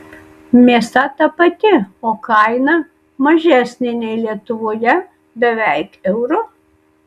mėsa ta pati o kaina mažesnė nei lietuvoje beveik euru